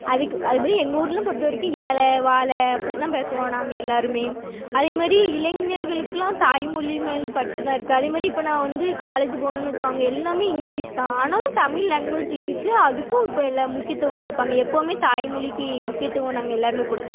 அதுக்கு அதே மாதிரி எங்க ஊர்லாம் பொறுத்த வரைக்கும் ஏலே வாலே அப்படி தான் பேசுவோம் நாங்கள் எல்லாருமே அதேமாதிரி இளைஞர்களுக்கு எல்லாம் தாய்மொழி மேலே பற்று தான் இருக்கு அதே மாதிரி இப்போ நான் வந்து காலேஜி போகணும்னு வச்சுக்கோங்க எல்லாமே இங்கிலிஷு தான் ஆனாலும் தமிழ் லேங்குவேஜ் இருக்கு அதுக்கும் இப்போ எல்லாம் முக்கியத்துவம் கொடுப்பாங்க எப்போமே தாய்மொழிக்கு முக்கியத்துவம் நாங்கள் எல்லாருமே கொடுப்போம்